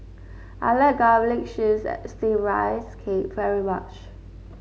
I like Garlic Chives Steamed Rice Cake very much